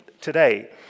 today